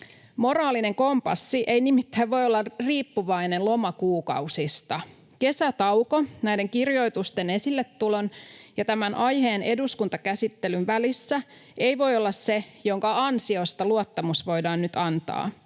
Moraalinen kompassi ei nimittäin voi olla riippuvainen lomakuukausista. Kesätauko näiden kirjoitusten esilletulon ja tämän aiheen eduskuntakäsittelyn välissä ei voi olla se, minkä ansiosta luottamus voidaan nyt antaa.